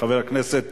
חבר הכנסת